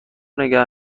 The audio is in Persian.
نگه